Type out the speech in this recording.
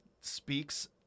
speaks